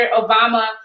obama